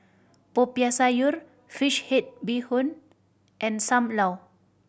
Popiah Sayur fish head bee hoon and Sam Lau